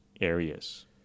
areas